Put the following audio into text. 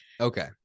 Okay